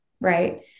right